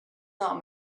not